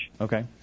Okay